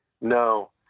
No